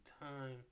time